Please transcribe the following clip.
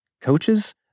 coaches